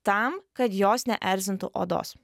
tam kad jos neerzintų odos